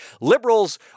Liberals